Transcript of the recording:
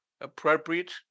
appropriate